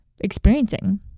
experiencing